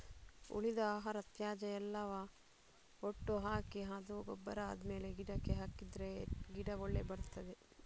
ಉಳಿದ ಆಹಾರ, ತ್ಯಾಜ್ಯ ಎಲ್ಲವ ಒಟ್ಟು ಹಾಕಿ ಅದು ಗೊಬ್ಬರ ಆದ್ಮೇಲೆ ಗಿಡಕ್ಕೆ ಹಾಕಿದ್ರೆ ಗಿಡ ಒಳ್ಳೆ ಬರ್ತದೆ